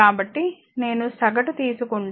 కాబట్టి నేను సగటు తీసుకుంటే